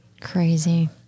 Crazy